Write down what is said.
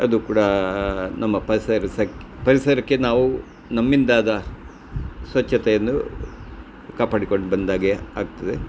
ಅದು ಕೂಡ ನಮ್ಮ ಪರಿಸರ ಸಂಖ್ ಪರಿಸರಕ್ಕೆ ನಾವು ನಮ್ಮಿಂದಾದ ಸ್ವಚ್ಛತೆಯನ್ನು ಕಾಪಾಡಿಕೊಂಡು ಬಂದಾಗೆ ಆಗ್ತದೆ